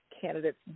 candidates